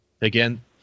again